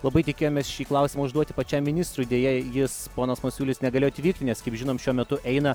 labai tikėjomės šį klausimą užduoti pačiam ministrui deja jis ponas masiulis negalėjo atvykti nes kaip žinom šiuo metu eina